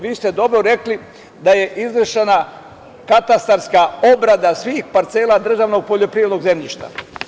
Vi ste dobro rekli da je izvršena katastarska obrada svih parcela državnog poljoprivrednog zemljišta.